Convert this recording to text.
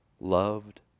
loved